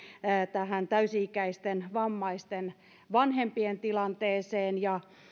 tähän täysi ikäisten vammaisten lasten vanhempien tilanteeseen ja